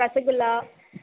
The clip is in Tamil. ரசகுல்லா